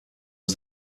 was